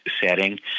setting